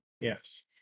Yes